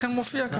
אכן זה מופיע.